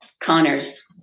connor's